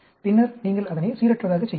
பின்னர் நீங்கள் அதனை சீரற்றதாகச் செய்யுங்கள்